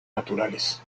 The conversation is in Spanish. naturales